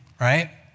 right